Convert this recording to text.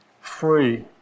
free